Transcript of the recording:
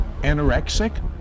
anorexic